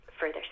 further